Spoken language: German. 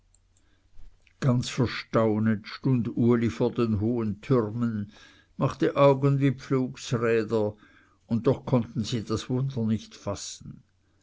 ganz verstaunet stund uli vor den hohen türmen machte augen wie pflugsräder und doch konnten sie das wunder nicht fassen